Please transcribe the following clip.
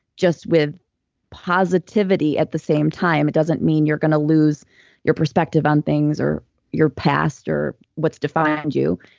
just with positivity at the same time. it doesn't mean you're going to lose your perspective on things or your past or what's defined you.